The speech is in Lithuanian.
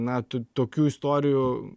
na tų tokių istorijų